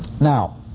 Now